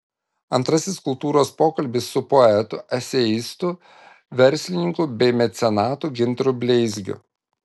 antrasis kultūros pokalbis su poetu eseistu verslininku bei mecenatu gintaru bleizgiu